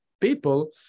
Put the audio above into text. people